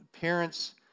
parents